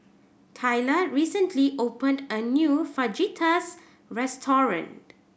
Tayla recently opened a new Fajitas restaurant